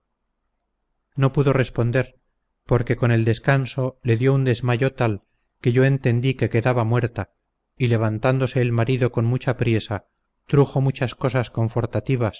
no pudo responder porque con el descanso le dio un desmayo tal que yo entendí que quedaba muerta y levantándose el marido con mucha priesa trujo muchas cosas